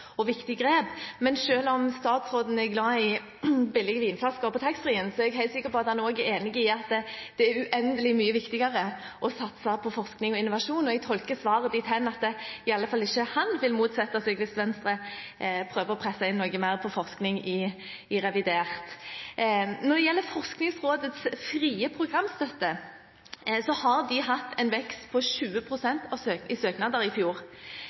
og viktig grep, men selv om statsråden er glad i billige vinflasker på taxfree-butikken, er jeg helt sikker på at han er enig i at det er uendelig mye viktigere å satse på forskning og innovasjon. Jeg tolker svaret hans dithen at i alle fall han ikke vil motsette seg det hvis Venstre prøver å presse inn noe mer på forskningsfeltet i revidert. Når det gjelder Forskningsrådets frie programstøtte, har den hatt en vekst på 20 pst. i antallet søknader i fjor.